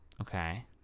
Okay